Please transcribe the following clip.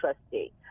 trustee